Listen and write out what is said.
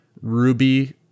Ruby